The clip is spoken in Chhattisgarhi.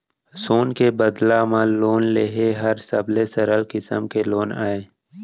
सोन के बदला म लोन लेहे हर सबले सरल किसम के लोन अय